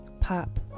pop